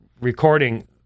recording